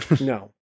No